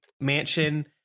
mansion